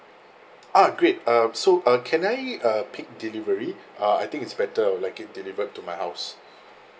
ah great uh so uh can I uh pick delivery uh I think it's better I will like it delivered to my house